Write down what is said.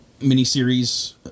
miniseries